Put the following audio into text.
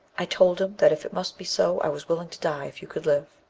i told him that if it must be so i was willing to die if you could live.